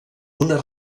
una